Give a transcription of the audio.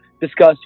discuss